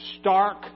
stark